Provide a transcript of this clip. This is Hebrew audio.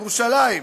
לירושלים,